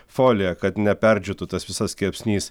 folija kad neperdžiūtų tas visas kepsnys